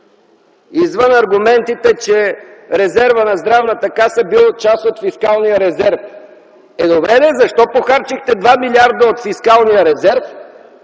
извън аргументите, че резервът на Здравната каса бил част от фискалния резерв! Е, добре де, защо похарчихте 2 милиарда от фискалния резерв,